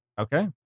Okay